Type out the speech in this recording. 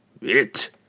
It